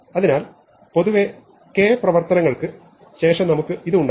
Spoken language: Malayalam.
അതിനാൽ പൊതുവേ k പ്രവർത്തനങ്ങൾക്ക് ശേഷം നമുക്ക് ഇത് ഉണ്ടായിരുന്നു